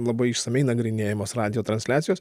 labai išsamiai nagrinėjamos radijo transliacijos